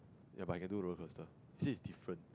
ya but he can do roller coaster he said it's different